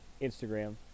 instagram